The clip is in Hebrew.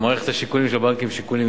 מערכת השיקולים של הבנקים היא של שיקולים